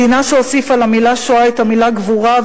מדינה שהוסיפה למלה "שואה" את המלה "גבורה"